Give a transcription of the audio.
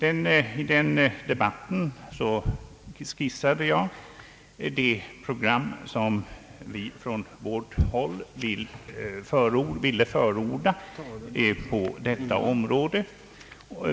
I den debatten skisserade jag det program, som vi från vårt håll ville förorda på detta område.